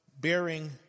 bearing